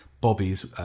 Bobby's